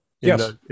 Yes